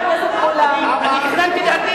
אני מודה לך.